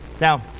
Now